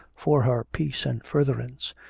for her peace and furtherance.